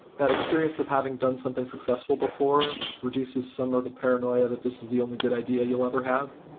that experience of having done something successful before reduces some of the paranoia that this is the only good idea you'll ever have.